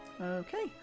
okay